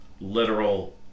literal